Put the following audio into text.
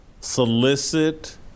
solicit